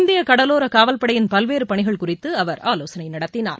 இந்திய கடலோர காவல்படையின் பல்வேறு பணிகள் குறித்து அவர் ஆலோசனை நடத்தினார்